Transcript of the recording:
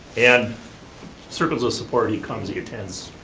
and circles of support, he comes, he attends